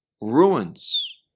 ruins